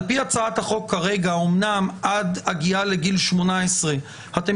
על פי הצעת החוק כרגע אומנם עד הגיעה לגיל 18 אתם